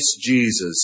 Jesus